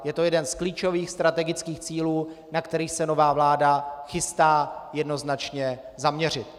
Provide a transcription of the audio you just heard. Je to jeden z klíčových strategických cílů, na které se nová vláda chystá jednoznačně zaměřit.